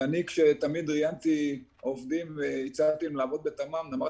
אני תמיד כשראיינתי עובדים והצעתי להם לעבוד בתמ"מ אמרתי